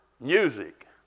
music